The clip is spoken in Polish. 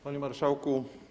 Panie Marszałku!